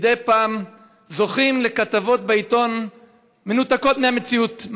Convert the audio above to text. מדי פעם זוכים לכתבות מנותקות מהמציאות בעיתון,